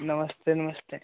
नमस्ते नमस्ते